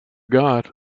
got